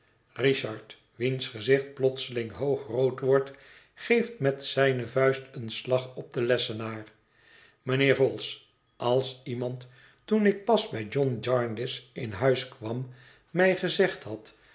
richard wiens gezicht plotseling hoog rood wordt geeft met zijne vuist een slag op den lessenaar mijnheer vholes als iemand toen ik pas bij john jarndyce in huis kwam mij gezegd had